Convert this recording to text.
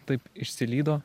taip išsilydo